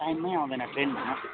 टाइममै आउँदैन ट्रेन भन्नुहोस् न